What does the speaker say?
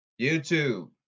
YouTube